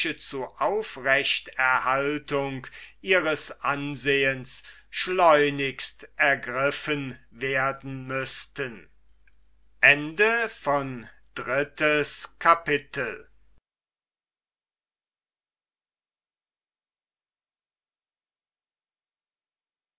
zu aufrechthaltung ihres ansehens schleunigst ergriffen werden müßten viertes kapitel